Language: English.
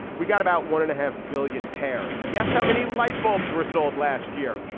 we got about one and a half billion pairs. guess how many light bulbs were sold last year.